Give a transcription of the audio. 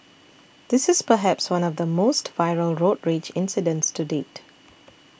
this is perhaps one of the most viral road rage incidents to date